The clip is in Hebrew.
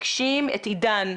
את עידן.